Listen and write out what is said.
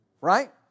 Right